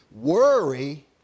Worry